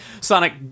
Sonic